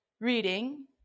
reading